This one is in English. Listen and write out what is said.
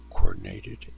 coordinated